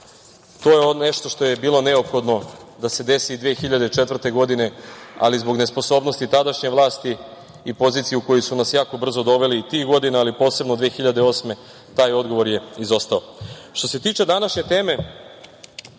To je nešto što je bilo neophodno da se desi i 2004. godine, ali zbog nesposobnosti tadašnje vlasti i pozicije u koju su nas jako brzo doveli tih godina, ali posebno 2008. godine, taj odgovor je izostao. Što se tiče današnje teme